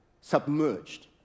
submerged